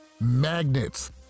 magnets